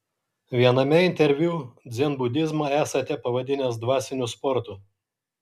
viename interviu dzenbudizmą esate pavadinęs dvasiniu sportu